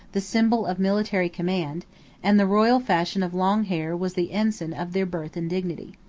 the symbol of military command and the royal fashion of long hair was the ensign of their birth and dignity.